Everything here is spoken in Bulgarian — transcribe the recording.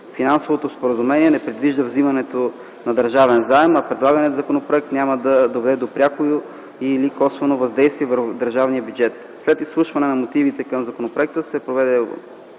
Финансовото споразумение не предвижда вземането на държавен заем, а предлаганият законопроект няма да доведе до пряко и/или косвено въздействие върху държавния бюджет. След изслушването на мотивите към законопроекта се проведе